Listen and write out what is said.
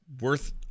worth